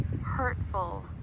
hurtful